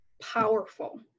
powerful